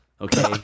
Okay